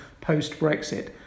post-Brexit